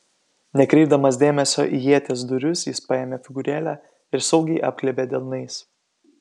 nekreipdamas dėmesio į ieties dūrius jis paėmė figūrėlę ir saugiai apglėbė delnais